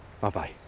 Bye-bye